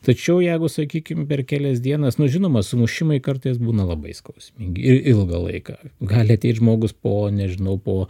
tačiau jeigu sakykim per kelias dienas na žinoma sumušimai kartais būna labai skausmingi ir ilgą laiką gali ateit žmogus pone žinau po